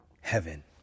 heaven